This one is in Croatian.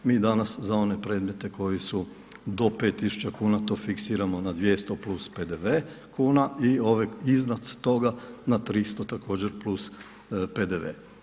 Mi danas za one predmete koji su do 5.000 kuna to fiksiramo na 200 plus PDV kuna i ove iznad toga na 300 također plus PDV.